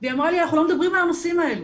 והיא אמרה לי 'אנחנו לא מדברים על הנושאים האלה'